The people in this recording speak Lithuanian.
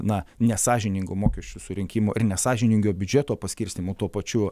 na nesąžiningų mokesčių surinkimo ir nesąžiningo biudžeto paskirstymo tuo pačiu